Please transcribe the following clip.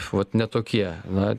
vat ne tokie na